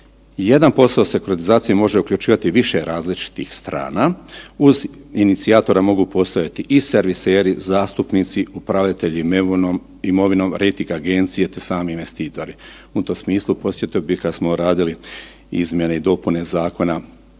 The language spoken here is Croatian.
plaćanja. 1% sekuratizacije može uključivati više različitih strana, uz inicijatora mogu postojati i serviseri zastupnici, upravitelji …/nerazumljivo/… imovinom, rejting agencije te sami investitori. U tom smislu podsjetio bih kad smo radili izmjene i dopune Zakona